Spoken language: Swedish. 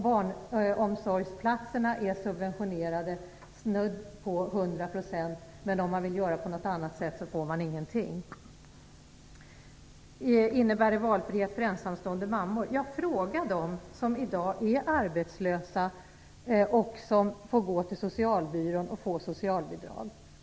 Barnomsorgsplatserna är subventionerade till snudd på 100 %, men om man vill göra på något annat sätt får man ingenting. Innebär vårdnadsbidraget valfrihet för ensamstående mammor? Ja, fråga dem som i dag är arbetslösa och som får gå till socialbyrån och få socialbidrag.